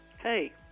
Hey